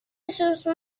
سوسمار